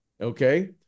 Okay